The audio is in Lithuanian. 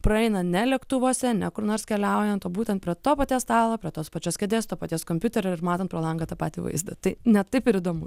praeina ne lėktuvuose ne kur nors keliaujant o būtent prie to paties stalo prie tos pačios kėdės to paties kompiuterio ir matant pro langą tą patį vaizdą tai ne taip ir įdomu